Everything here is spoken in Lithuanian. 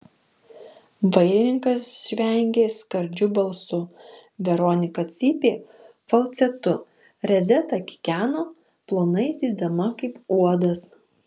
vairininkas žvengė skardžiu balsu veronika cypė falcetu rezeta kikeno plonai zyzdama kaip uodas